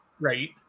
Right